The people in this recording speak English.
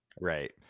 right